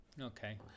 Okay